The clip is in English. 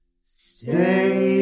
stay